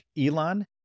Elon